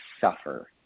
suffer